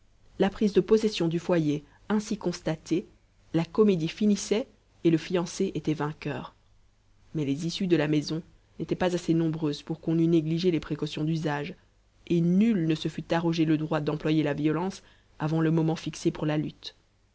la prise de possession du foyer ainsi constatée la comédie finissait et le fiancé était vainqueur mais les issues de la maison n'étaient pas assez nombreuses pour qu'on eût négligé les précautions d'usage et nul ne se fût arrogé le droit d'employer la violence avant le moment fixé pour la lutte